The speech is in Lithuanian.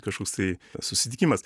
kažkoks tai susitikimas